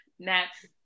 next